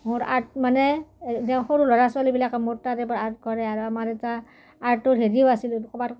মোৰ আৰ্ট মানে এ যে সৰু ল'ৰা ছোৱালীবিলাকে মোৰ তাত এবাৰ আৰ্ট কৰে আৰু আমাৰ এটা আৰ্টটো হেৰিও আছিল ক'বাত